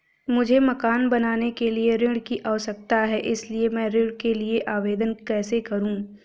मुझे मकान बनाने के लिए ऋण की आवश्यकता है इसलिए मैं ऋण के लिए आवेदन कैसे करूं?